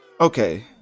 okay